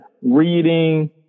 reading